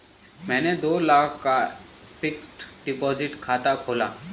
मैंने दो लाख का फ़िक्स्ड डिपॉज़िट खाता खोला